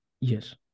Yes